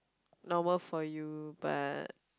normal for you but